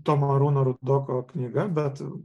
tomo arūno rudoko knyga bet